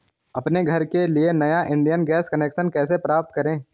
अपने घर के लिए नया इंडियन गैस कनेक्शन कैसे प्राप्त करें?